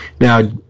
Now